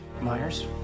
Myers